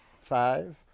Five